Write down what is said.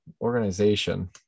organization